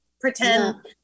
pretend